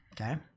Okay